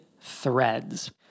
threads